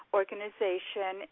organization